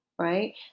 Right